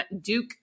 Duke